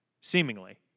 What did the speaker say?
seemingly